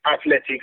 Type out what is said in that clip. Athletics